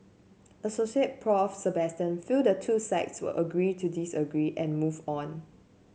Assoc Prof Sebastian feel the two sides will agree to disagree and move on